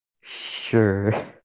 Sure